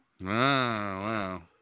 wow